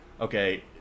okay